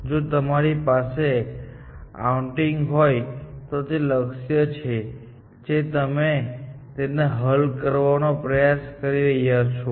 જો તમારી પાસે આઉટિંગ હોય તો તે લક્ષ્ય છે જે તમે તેને હલ કરવાનો પ્રયાસ કરી રહ્યા છો